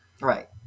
Right